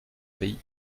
pays